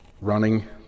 running